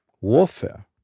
warfare